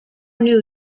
new